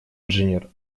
инженер